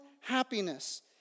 happiness